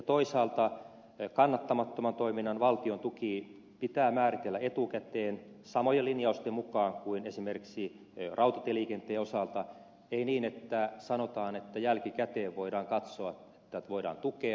toisaalta kannattamattoman toiminnan valtiontuki pitää määritellä etukäteen samojen linjausten mukaan kuin esimerkiksi rautatieliikenteen osalta ei niin että sanotaan että jälkikäteen voidaan katsoa että voidaan tukea